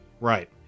Right